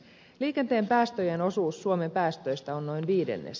liikenteen päästöjen osuus suomen päästöistä on noin viidennes